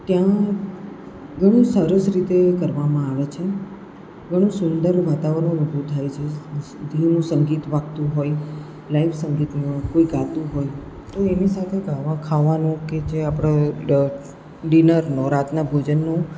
ત્યાં ઘણું સરસ રીતે કરવામાં આવે છે ઘણું સુંદર વાતાવરણ ઊભું થાય છે ધીમું સંગીત વાગતું હોય લાઇવ સંગીત કોઈ ગાતું હોય તો એની સાથે ખાવાનું કે જે આપણે ડ ડિનરનું રાતના ભોજનનું